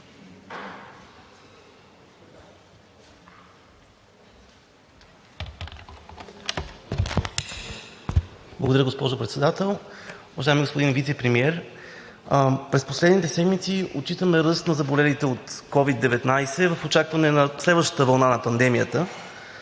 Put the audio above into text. Благодаря, госпожо Председател. Уважаеми господин Вицепремиер, през последните седмици отчитаме ръст на заболелите от COVID-19 в очакване на следващата вълна на пандемията.